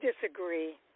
disagree